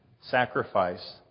sacrifice